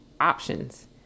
options